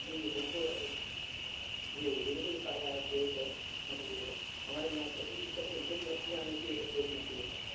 جی جی بالکل جی جی بالکل تاجا ہے فریش ہے مچھلی ہے ہمارے یہاں سبھی سبھی جو بھی مچھلیاں ملتی ہے سب فریش ملتی ہے